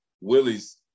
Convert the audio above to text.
Willie's